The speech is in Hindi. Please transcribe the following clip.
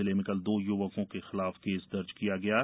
जिले में कल दो य्वकों के खिलाफ केस दर्ज किया गया है